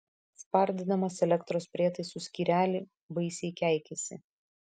spardydamas elektros prietaisų skyrelį baisiai keikėsi